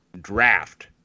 Draft